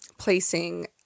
Placing